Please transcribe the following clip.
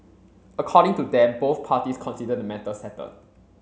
according to them both parties consider the matter settled